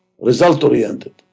result-oriented